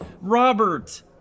Robert